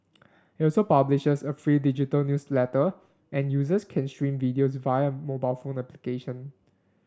it also publishes a free digital newsletter and users can stream videos via a mobile application